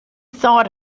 thought